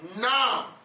now